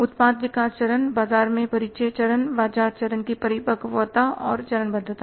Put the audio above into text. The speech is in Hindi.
उत्पाद विकास चरण बाजार में परिचय चरण बाजार चरण की परिपक्वता और चरणबद्धता